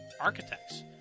architects